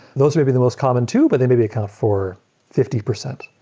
those maybe the most common two, but they maybe account for fifty percent.